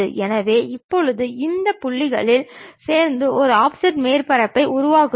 எனவே இப்போது அந்த புள்ளிகளில் சேர்ந்து ஒரு ஆஃப்செட் மேற்பரப்பை உருவாக்குங்கள்